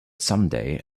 someday